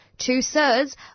Two-thirds